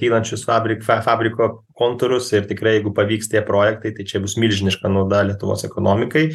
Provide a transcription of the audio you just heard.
kylančius fabrik fa fabriko kontūrus ir tikrai jeigu pavyks tie projektai tai čia bus milžiniška nauda lietuvos ekonomikai